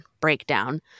breakdown